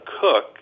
cook